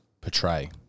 portray